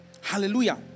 Hallelujah